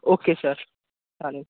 okay sir चालेल